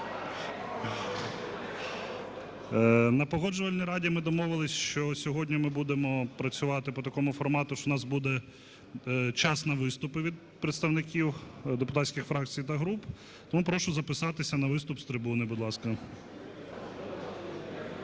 На Погоджувальній раді ми домовилися, що сьогодні ми будемо працювати по такому формату, що у нас буде час на виступи від представників депутатських фракцій та груп. Тому прошу записатися на виступ з трибуни, будь ласка.